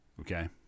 okay